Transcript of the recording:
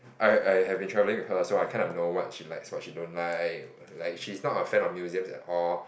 I I've been travelling with her so I kind of know what she likes what she don't like like she's not a fan of museums at all